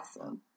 Awesome